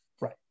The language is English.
Right